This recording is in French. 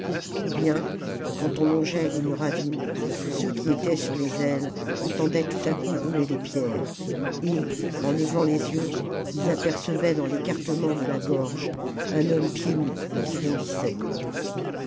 ou bien quand on longeait une ravine ceux qui étaient sur les ailes entendaient tout à coup rouler des pierres et en levant les yeux ils apercevaient dans l'écartement de la gorge un homme pieds nus qui bondissait